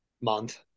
month